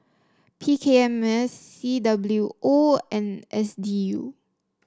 P K M S C W O and S D U